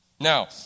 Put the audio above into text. Now